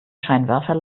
scheinwerfer